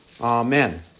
Amen